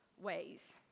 ways